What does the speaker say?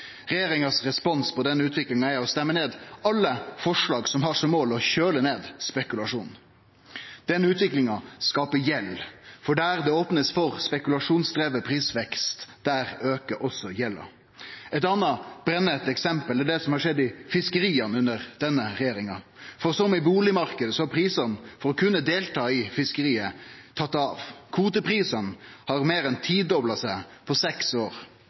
respons på denne utviklinga er å stemme ned alle forslag som har som mål å kjøle ned spekulasjonen. Denne utviklinga skaper gjeld, for der det blir opna for spekulasjonsdriven prisvekst, aukar også gjelda. Eit anna brennheitt eksempel er det som har skjedd i fiskeria under denne regjeringa, for som i bustadmarknaden har prisane for å kunne delta i fiskeria tatt av. Kvoteprisane har meir enn tidobla seg på seks år.